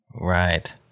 Right